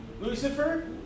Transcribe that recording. Lucifer